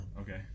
Okay